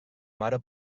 mare